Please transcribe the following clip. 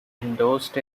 endorsed